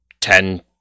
ten